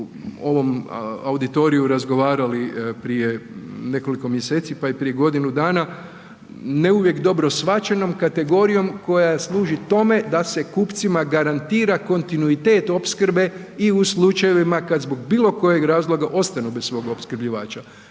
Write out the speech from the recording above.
ovom auditoriju razgovarali prije nekoliko mjeseci pa i prije godinu dana, ne uvijek dobro shvaćenom kategorijom koja služi tome da se kupcima garantira kontinuitet opskrbe i u slučajevima kad zbog bilokojeg razloga ostanu bez svog opskrbljivača,